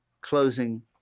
closing